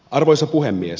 arvoisa puhemies